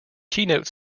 keynote